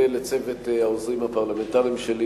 ולצוות העוזרים הפרלמנטריים שלי,